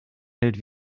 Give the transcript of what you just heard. hält